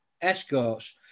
escorts